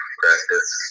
practice